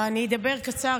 אני אדבר קצר,